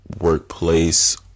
workplace